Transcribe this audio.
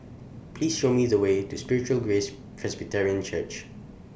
Please Show Me The Way to The Spiritual Grace Presbyterian Church